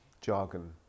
jargon